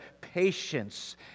patience